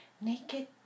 Naked